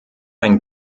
ein